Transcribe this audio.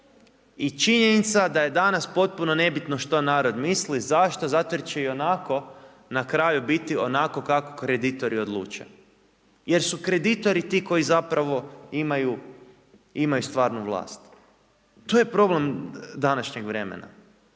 i činjenica da je danas potpuno nebitno što narod misli. Zašto? Zato jer će ionako na kraju biti onako kako kreditori odluče jer su kreditori ti koji zapravo imaju stvarnu vlast. To je problem današnjeg vremena.